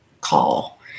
call